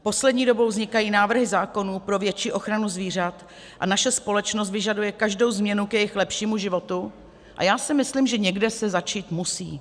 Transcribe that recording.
Poslední dobou vznikají návrhy zákonů pro větší ochranu zvířat a naše společnost vyžaduje každou změnu k jejich lepšímu životu, a já si myslím, že někde se začít musí.